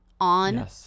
on